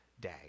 day